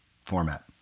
format